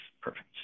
Perfect